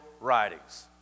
writings